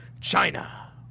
China